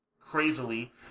crazily